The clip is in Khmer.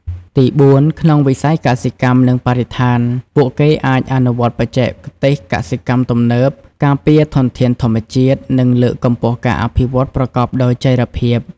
ទីបួន ក្នុងវិស័យកសិកម្ម និងបរិស្ថាន ពួកគេអាចអនុវត្តបច្ចេកទេសកសិកម្មទំនើប ការពារធនធានធម្មជាតិ និងលើកកម្ពស់ការអភិវឌ្ឍន៍ប្រកបដោយចីរភាព។